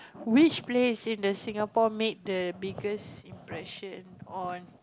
which place in the Singapore made the biggest impression on